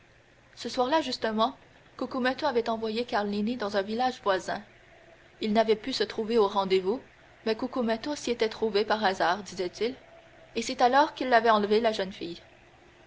ce soir-là justement cucumetto avait envoyé carlini dans un village voisin il n'avait pu se trouver au rendez-vous mais cucumetto s'y était trouvé par hasard disait-il et c'est alors qu'il avait enlevé la jeune fille